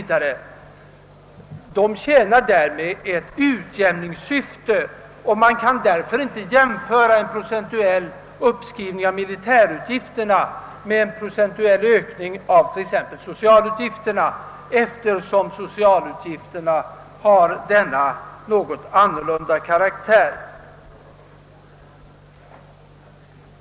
De tjänar därmed ett utjämningssyfte. Man kan alltså inte jämföra en procentuell uppskrivning av militärutgifterna med en procentuell ökning av t.ex. socialutgifterna, eftersom de senare har denna olikartade karaktär.